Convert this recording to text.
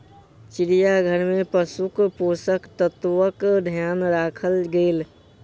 चिड़ियाघर में पशुक पोषक तत्वक ध्यान राखल गेल